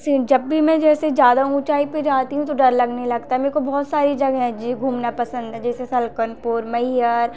फ़िर जब भी मैं जैसे ज़्यादा ऊँचाई पर जाती हूँ तो डर लगने लगता है मुझको बहुत सारी जगह जो घूमना पसंद है जैसे सलकनपुर मईहर